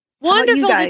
Wonderful